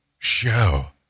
show